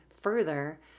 further